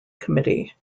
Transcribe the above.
committee